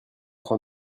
train